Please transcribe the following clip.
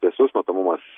tiesus matomumas